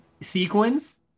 sequence